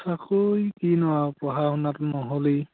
চাকৰি কিনো আৰু পঢ়া শুনাটো নহ'লেই